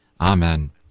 Amen